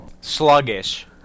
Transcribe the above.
sluggish